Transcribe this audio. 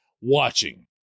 watching